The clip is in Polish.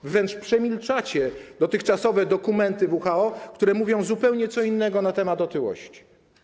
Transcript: Wręcz przemilczacie dotychczasowe dokumenty WHO, które mówią zupełnie co innego na temat otyłości.